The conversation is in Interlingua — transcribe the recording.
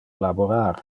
laborar